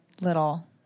little